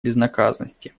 безнаказанности